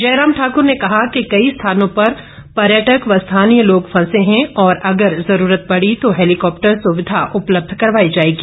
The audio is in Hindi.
जयराम ठाकूर ने कहा कि कई स्थानों पर पर्यटक व स्थानीय लोग फंसे हैं और अगर जरूरत पड़ी तो हैलिकॉप्टर सुविधा उपलब्ध करवाई जाएगी